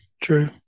True